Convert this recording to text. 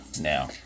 Now